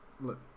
look